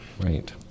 Right